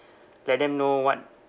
let them know what